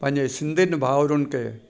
पंहिंजे सिंधियुनि भाउरुनि खे